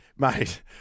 Mate